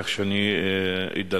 כך שאני אדלג,